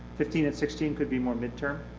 fifteen and sixteen could be more midterm?